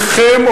באמת.